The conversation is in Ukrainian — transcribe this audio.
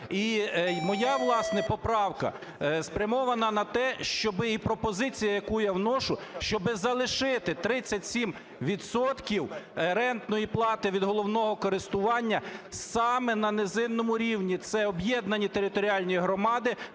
моя, власне, поправка спрямована на те, щоб і пропозиція, яку я вношу, щоб залишити 37 відсотків рентної плати від головного користування саме на низинному рівні, це об'єднані територіальні громади